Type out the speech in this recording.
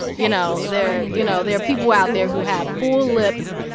you know, they're you know, there are people out there who have full lips.